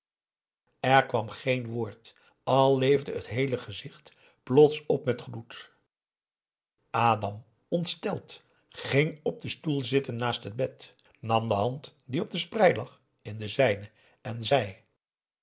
er kwam geen woord al leefde het heele gezicht plotseling op met gloed adam ontsteld ging op den stoel zitten naast het bed nam de hand die op de sprei lag in de zijne en zei